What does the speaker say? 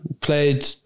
Played